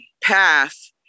path